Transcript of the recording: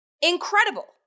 Incredible